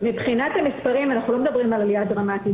מבחינת המספרים אנחנו לא מדברים על עלייה דרמטית.